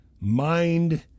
mind